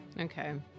Okay